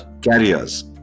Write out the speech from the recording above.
carriers